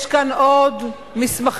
יש כאן עוד מסמכים.